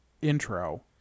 intro